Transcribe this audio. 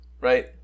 right